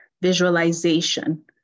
Visualization